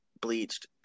bleached